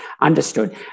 Understood